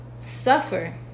suffer